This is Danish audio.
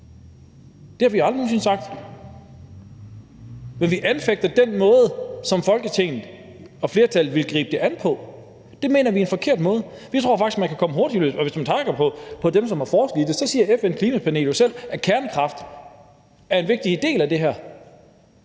Det har vi aldrig nogen sinde sagt. Men vi anfægter den måde, som Folketinget og flertallet vil gribe det an på. Det mener vi er en forkert måde. Vi tror faktisk, at man kan komme hurtigere frem, og hvis man trækker på dem, som har forsket i det, siger FN's klimapanel jo selv, at kernekraft er en vigtig del af det her.